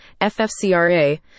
FFCRA